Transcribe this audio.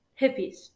hippies